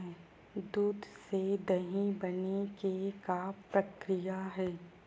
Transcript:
दूध से दही बने के का प्रक्रिया हे?